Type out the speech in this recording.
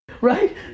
Right